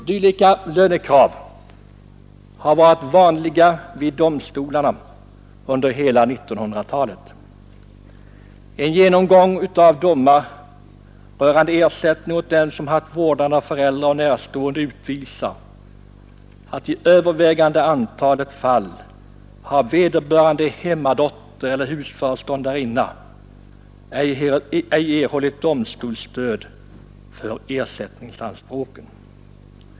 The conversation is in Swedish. Sådana lönekrav har varit vanliga vid domstolarna under hela 1900-talet. En genomgång av avkunnade domar rörande ersättning åt dem som har haft vårdnaden av föräldrar och närstående visar, att i övervägande antalet fall har sådan hemmadotter eller husföreståndarinna icke erhållit domstolens stöd för sina ersättningsanspråk.